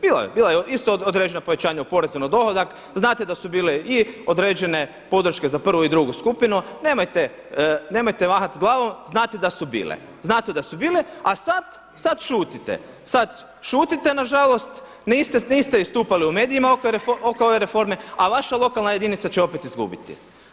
Bilo je, bilo je isto određena povećanja u porezu na dohodak, znate da su bile i određene podrške za prvu i drugu skupinu, nemojte mahati s glavom znate da su bile, znate da su bile a sada šutite, sada šutite nažalost, niste istupali u medijima oko ove reforme a vaša lokalna jedinica će opet izgubiti.